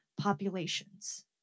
populations